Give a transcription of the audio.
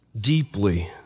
deeply